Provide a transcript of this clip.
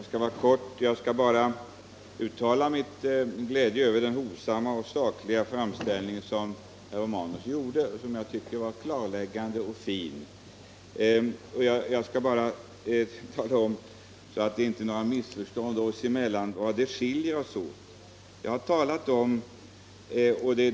Herr talman! Jag vill uttala min glädje över herr Romanus hovsamma och sakliga framställning. Jag tycker att den var klarläggande och fin. För att det inte skall råda några missförstånd oss emellan, vill jag tala om vad som skiljer oss åt.